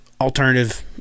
alternative